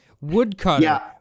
Woodcutter